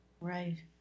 Right